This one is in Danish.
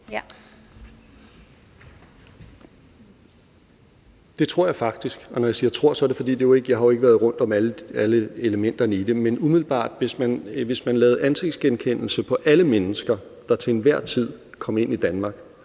Det tror jeg faktisk. Og når jeg siger »tror«, er det, fordi jeg ikke har været rundt om alle elementerne i det. Men umiddelbart, hvis man lavede ansigtsgenkendelse på alle mennesker, der til enhver tid kom ind i Danmark,